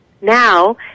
Now